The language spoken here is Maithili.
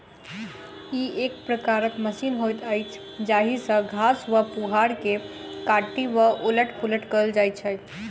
ई एक प्रकारक मशीन होइत अछि जाहि सॅ घास वा पुआर के काटि क उलट पुलट कयल जाइत छै